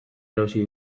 erosi